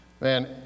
Man